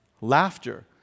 Laughter